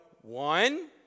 one